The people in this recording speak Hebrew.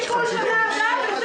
פניות 454 עד 455 אושרו.